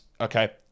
Okay